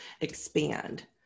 expand